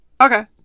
Okay